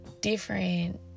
different